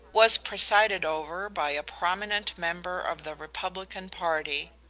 was presided over by a prominent member of the republican party.